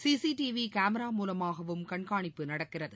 CCTV camera மூலமாகவும் கண்காணிப்பு நடக்கிறது